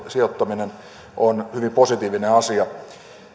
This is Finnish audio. sijoittaminen on hyvin positiivinen asia